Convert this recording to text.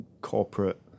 corporate